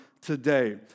today